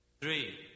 three